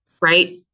right